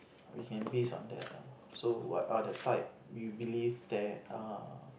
we can base on that lah so what are the type you believe that err